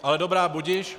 Ale dobrá, budiž.